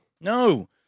No